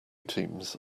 teams